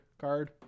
card